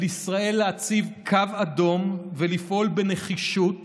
על ישראל להציב קו אדום ולפעול בנחישות